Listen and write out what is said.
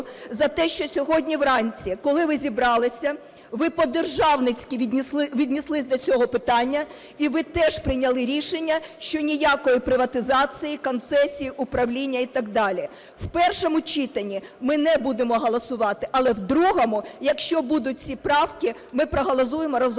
за те, що сьогодні вранці, коли ви зібралися, ви по-державницьки віднеслися до цього питання, і ви теж прийняли рішення, що ніякої приватизації, концесії, управління і так далі. В першому читанні ми не будемо голосувати. Але в другому, якщо будуть ці правки, ми проголосуємо разом